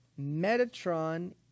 Metatron